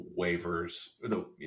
waivers